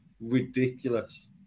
ridiculous